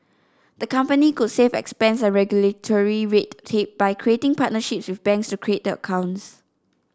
the company could save expense and regulatory red tape by creating partnerships with banks to create the accounts